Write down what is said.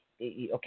okay